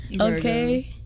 Okay